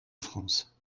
france